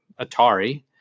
Atari